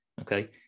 Okay